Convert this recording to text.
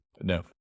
No